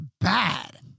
bad